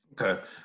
okay